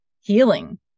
healing